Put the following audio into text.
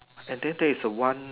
and then there is a one